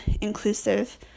inclusive